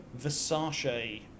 Versace